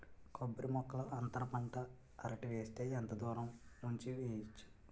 కొబ్బరి మొక్కల్లో అంతర పంట అరటి వేస్తే ఎంత దూరం ఉంచి వెయ్యొచ్చు?